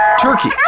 turkey